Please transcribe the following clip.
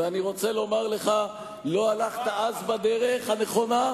ואני רוצה לומר לך שלא הלכת אז בדרך הנכונה,